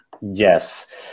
Yes